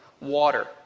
water